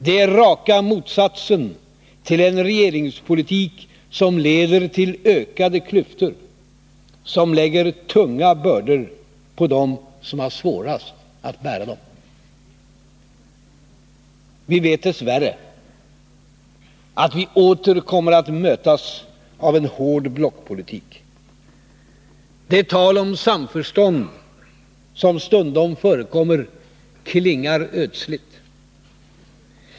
Det är raka motsatsen till en regeringspolitik som leder till ökade klyftor, som lägger tunga bördor på dem som har svårast att bära dem. Vi vet dess värre att vi åter kommer att mötas av en hård blockpolitik. Det tal om samförstånd som stundom förekommer klingar ödsligt.